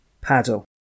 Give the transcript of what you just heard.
Paddle